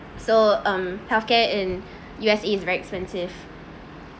so um healthcare in U_S is very expensive